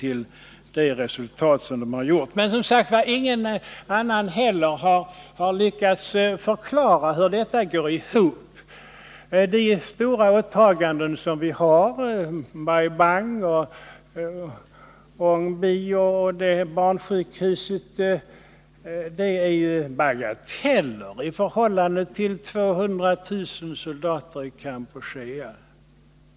Ingen annan har heller lyckats förklara hur detta går ihop. De åtaganden som vi har — Bai Bang, Uong Bi osv. — är ju bagateller i förhållande till de utgifter som Vietnam har för 200 000 soldater i Kampuchea.